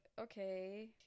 okay